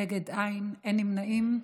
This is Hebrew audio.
נגד, אין, אין נמנעים.